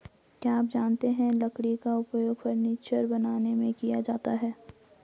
क्या आप जानते है लकड़ी का उपयोग फर्नीचर बनाने में किया जाता है?